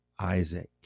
Isaac